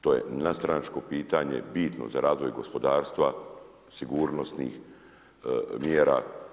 To je nadstranačko pitanje bitno za razvoj gospodarstva, sigurnosnih mjera.